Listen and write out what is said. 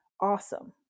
awesome